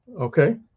okay